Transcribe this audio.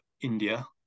India